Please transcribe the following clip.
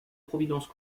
providence